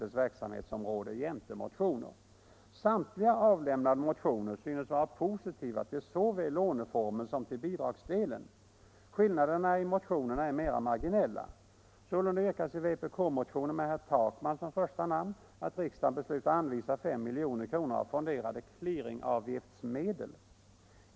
Samtliga avlämnade motioner synes vara positiva till såväl låneformen som bidragsdelen. Skillnaderna i motionerna är mera marginella. Sålunda yrkas i vpk-motionen, med herr Takman som första namn, att riksdagen beslutar anvisa 5 milj.kr. av fonderade clearingavgiftsmedel.